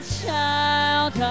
child